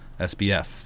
SBF